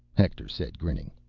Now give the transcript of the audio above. hector said, grinning.